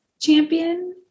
champion